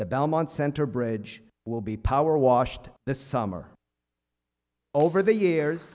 the belmont center bridge will be power washed this summer over the years